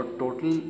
total